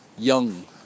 young